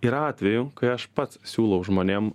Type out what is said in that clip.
yra atvejų kai aš pats siūlau žmonėm